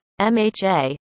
MHA